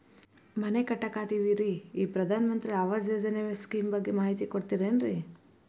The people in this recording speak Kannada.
ಮನಿ ಕಟ್ಟಕತೇವಿ ರಿ ಈ ಪ್ರಧಾನ ಮಂತ್ರಿ ಆವಾಸ್ ಯೋಜನೆ ಸ್ಕೇಮ್ ಬಗ್ಗೆ ಮಾಹಿತಿ ಕೊಡ್ತೇರೆನ್ರಿ?